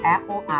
Apple